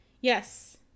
Yes